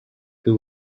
two